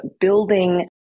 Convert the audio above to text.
building